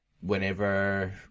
whenever